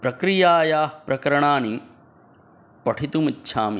प्रक्रियायाः प्रकरणानि पठितुमिच्छामि